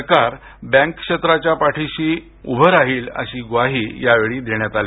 सरकार बँक क्षेत्राच्या पाठीशी उभं राहील अशी ग्वाहीही यावेळी देण्यात आली